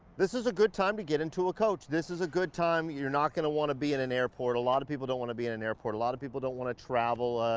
this is a good time to get into a coach. this is a good time. you're not gonna want to be in an airport. a lot of people don't want to be in an airport. a lot of people don't want to travel.